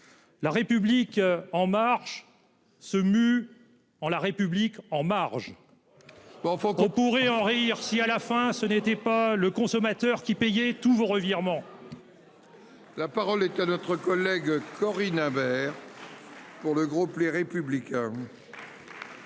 La République en marche se mue en la République en marge. Bon faut qu'on pourrait en rire si à la fin, ce n'était pas le consommateur qui payait tous vos revirement. La parole est à notre collègue Corinne Imbert. Pour le groupe les républicains.